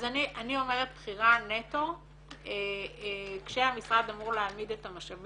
אז אני אומרת בחירה נטו כשהמשרד אמור להעמיד את המשאבים